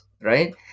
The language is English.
right